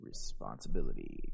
responsibility